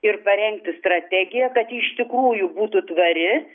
ir parengti strategiją kad ji iš tikrųjų būtų tvari